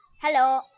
Hello